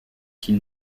qu’il